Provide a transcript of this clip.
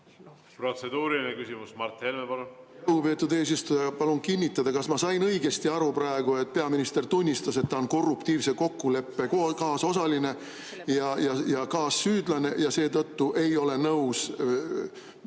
Protseduuriline küsimus, Mart Helme, palun! Lugupeetud eesistuja! Palun kinnitada, kas ma sain praegu õigesti aru, et peaminister tunnistas, et ta on korruptiivse kokkuleppe kaasosaline ja kaassüüdlane ning seetõttu ei ole nõus